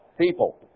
people